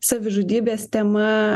savižudybės tema